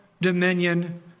dominion